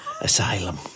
Asylum